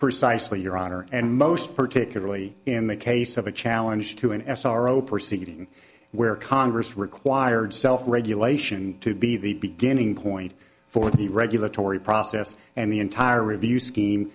precisely your honor and most particularly in the case of a challenge to an s r o proceeding where congress required self regulation to be the beginning point for the regulatory process and the entire review scheme